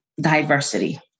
diversity